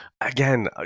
again